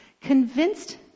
convinced